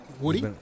Woody